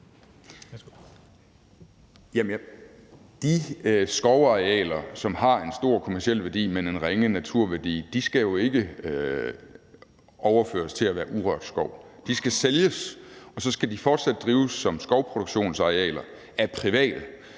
De skovarealer, som har en stor kommerciel værdi, men en ringe naturværdi, skal jo ikke overføres til at være urørt skov. De skal sælges, og så skal de fortsat drives som skovproduktionsarealer af private,